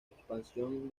expansión